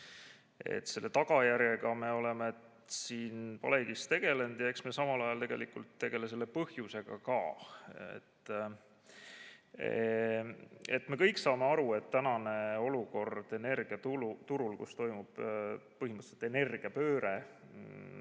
Selle tagajärjega me oleme siin palehigis tegelenud ja eks me samal ajal tegelikult tegele põhjusega ka.Me kõik saame aru, et olukord energiaturul, kus toimub põhimõtteliselt energiapööre,